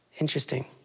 Interesting